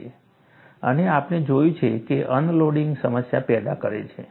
અને આપણે જોયું છે કે અનલોડિંગ સમસ્યા પેદા કરે છે